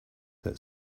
that